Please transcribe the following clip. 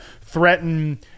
threaten –